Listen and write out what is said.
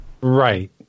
Right